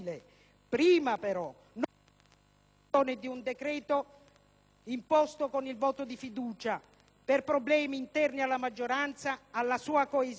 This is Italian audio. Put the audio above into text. di un decreto-legge imposto con il voto di fiducia per problemi interni alla maggioranza, alla sua coesione e compattezza.